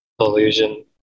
illusion